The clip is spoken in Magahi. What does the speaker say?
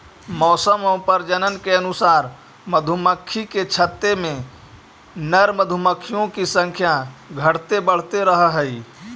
मौसम और प्रजनन के अनुसार मधुमक्खी के छत्ते में नर मधुमक्खियों की संख्या घटते बढ़ते रहअ हई